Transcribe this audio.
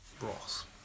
Ross